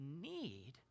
need